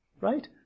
right